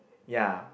ya